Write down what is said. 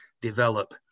develop